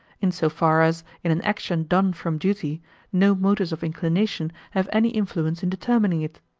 in so far as in an action done from duty no motives of inclination have any influence in determining it.